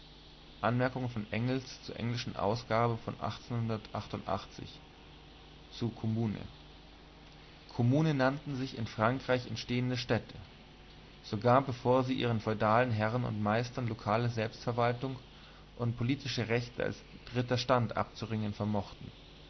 kommune kommune nannten sich die in frankreich entstehenden städte sogar bevor sie ihren feudalen herrn und meistern lokale selbstverwaltung und politische rechte als dritter stand abzuringen vermochten